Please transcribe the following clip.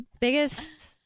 biggest